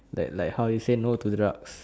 like like how you say no to drugs